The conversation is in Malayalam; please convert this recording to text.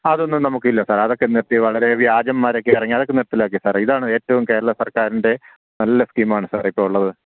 അതൊന്നും നമുക്കില്ല സാർ അതൊക്കെ നിർത്തി വളരേ വ്യാജന്മാരൊക്കെ ഇറങ്ങി അതൊക്കെ നിർത്തലാക്കി സാർ ഇതാണ് ഏറ്റവും കേരള സർക്കാരിൻ്റെ നല്ല സ്കീമാണ് സാർ ഇപ്പോൾ ഉള്ളത്